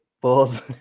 balls